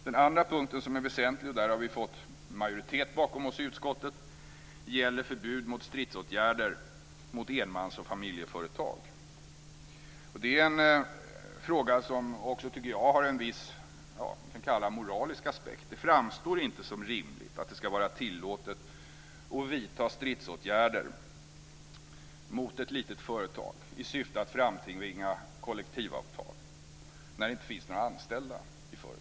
Det andra som är väsentligt - och där har vi fått en majoritet bakom oss i utskottet - gäller förbud mot stridsåtgärder mot enmans och familjeföretag. Det är en fråga som jag också tycker har vad jag kan kalla en moralisk aspekt. Det framstår inte som rimligt att det ska vara tillåtet att vidta stridsåtgärder mot ett litet företag i syfte att framtvinga kollektivavtal när det inte finns några anställda i företaget.